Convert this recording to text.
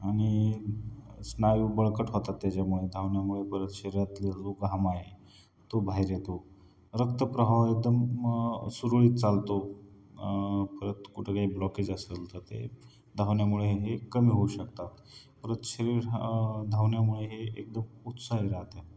आणि स्नायू बळकट होतात त्याच्यामुळे धावण्यामुळे परत शरीरातले जो घाम आहे तो बाहेर येतो रक्तप्रवाह एकदम सुरळीत चालतो परत कुठं काही ब्लॉकेज असेल तर ते धावण्यामुळे हे कमी होऊ शकतात परत शरीर ह धावण्यामुळे हे एकदम उत्साही राहते